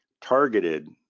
targeted